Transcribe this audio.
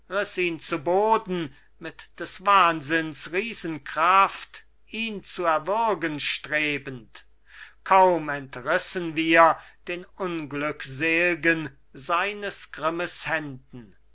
zu boden mit des wahnsinns riesenkraft ihn zu erwürgen strebend kaum entrissen wir den unglücksel'gen seines grimmes händen